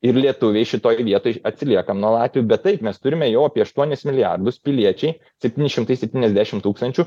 ir lietuviai šitoj vietoj atsiliekam nuo latvių bet taip mes turime jau apie aštuonis milijardus piliečiai septyni šimtai septyniasdešimt tūkstančių